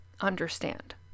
understand